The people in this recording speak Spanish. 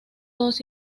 dos